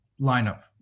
lineup